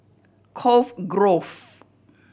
Cove Grove